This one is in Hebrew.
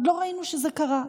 עוד לא ראינו שזה קרה.